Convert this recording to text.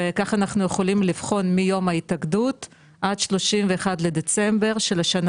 וכך אנחנו יכולים לבחון מיום ההתאגדות עד 31 לדצמבר של השנה